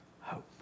hope